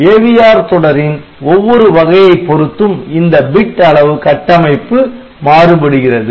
AVR தொடரின் ஒவ்வொரு வகையை பொறுத்தும் இந்த பிட் அளவு கட்டமைப்பு மாறுபடுகிறது